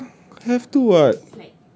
ya have to [what]